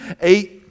Eight